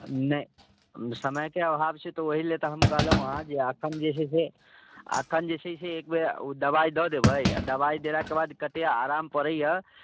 नै समयके अभाव छै तऽ ओही लए तऽ हम कहलहुँ हँ जे एखन जे छै से एखन जे छै से एक बेर ओ दबाइ दऽ देबै आओर दबाइ देलाके बाद कते आराम पड़ैए